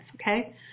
okay